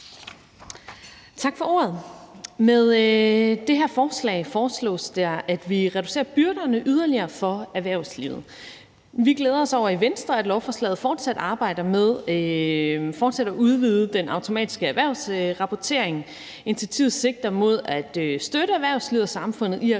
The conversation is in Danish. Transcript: Tak for ordet. Med det her forslag foreslås der, at vi reducerer byrderne yderligere for erhvervslivet. Vi glæder os i Venstre over, at lovforslaget arbejder med fortsat at udvide den automatiske erhvervsrapportering. Initiativet sigter mod at støtte erhvervslivet og samfundet i at